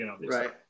Right